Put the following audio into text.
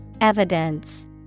Evidence